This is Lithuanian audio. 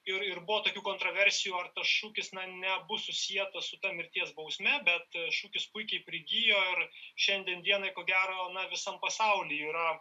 ir ir buvo tokių kontroversijų ar tas šūkis nebus susietas su ta mirties bausme bet šūkis puikiai prigijo ir šiandien dienai ko gero na visam pasauly yra